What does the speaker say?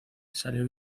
salió